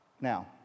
Now